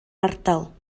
ardal